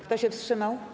Kto się wstrzymał?